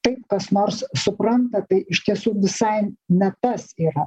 taip kas nors supranta tai iš tiesų visai ne tas yra